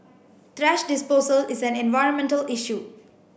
thrash disposal is an environmental issue